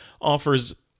offers